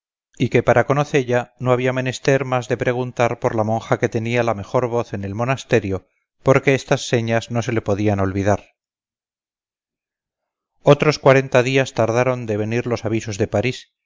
y que para conocella no había menester más de preguntar por la monja que tenía la mejor voz en el monasterio porque estas señas no se le podían olivdar otros cuarenta días tardaron de venir los avisos de parís